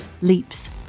leaps